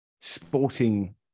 sporting